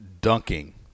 dunking